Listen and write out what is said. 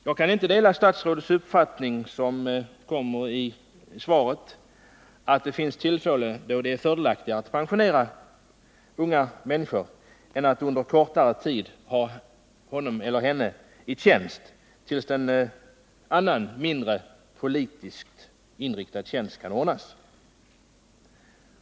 Jag kan inte dela statsrådets uppfattning — som kommer till uttryck i svaret —att det finns tillfällen då det är fördelaktigare att pensionera unga människor än att under en kortare tid hålla honom eller henne i tjänst, till dess att en annan, mindre politiskt inriktad tjänst kan ordnas.